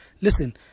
listen